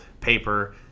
paper